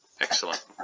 Excellent